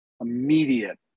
immediate